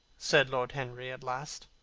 said lord henry at last.